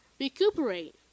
recuperate